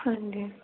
ਹਾਂਜੀ